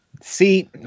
See